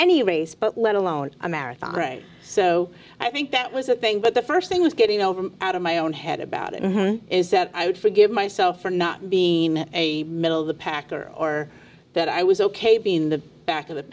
any race but let alone a marathon race so i think that was the thing but the st thing was getting over out of my own head about it is that i would forgive myself for not being a middle of the pack or or that i was ok being in the back of the